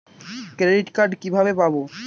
Credit card কিভাবে পাব?